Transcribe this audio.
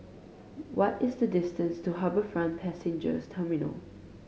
what is the distance to HarbourFront Passenger Terminal